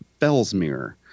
Bellsmere